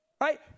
Right